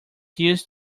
used